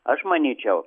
aš manyčiau